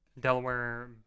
Delaware